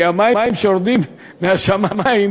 כי המים שיורדים מהשמים,